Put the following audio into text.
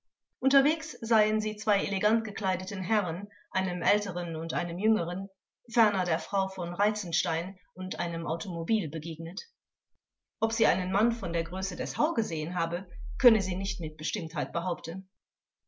unterwegs seien sie zwei elegant gekleideten herren einem älteren und einem jüngeren ferner der frau von reitzenstein und einem automobil begegnet ob sie einen mann von der größe des hau gesehen habe könne sie nicht mit bestimmtheit behaupten